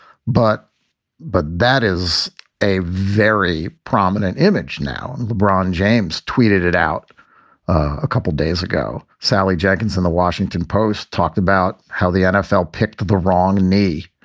but but that is a very prominent image. now, and lebron james tweeted it out a couple days ago. sally jenkins in the washington post talked about how the nfl picked the wrong knee.